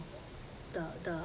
the the